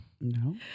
No